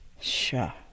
Sure